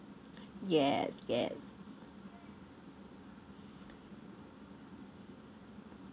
yes yes